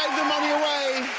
the money away,